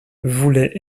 voulait